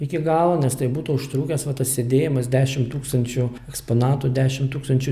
iki galo nes tai būtų užtrukęs va tas sėdėjimas dešim tūkstančių eksponatų dešim tūkstančių